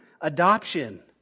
adoption